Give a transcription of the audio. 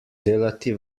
delati